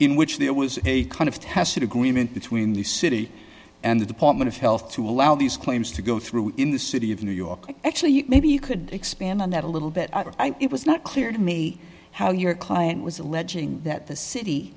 in which there was a kind of hazard agreement between the city and the department of health to allow these claims to go through in the city of new york actually maybe you could expand on that a little bit and it was not clear to me how your client was alleging that the city